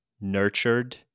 nurtured